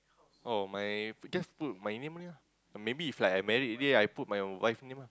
oh my just put my name only ah or maybe if like I married then I put my wife name ah